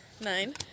Nine